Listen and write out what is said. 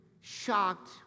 shocked